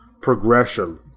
progression